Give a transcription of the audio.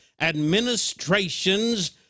administrations